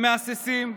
הם מהססים,